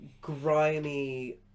grimy